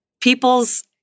People's